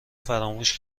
فراموش